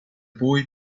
boy